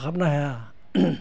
फाहामनो हाया